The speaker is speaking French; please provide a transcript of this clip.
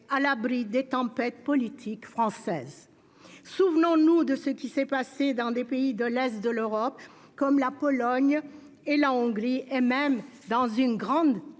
à l'abri des tempêtes politiques françaises. Souvenons-nous de ce qui s'est passé dans des pays de l'est de l'Europe, comme la Pologne ou la Hongrie, et dans une grande démocratie,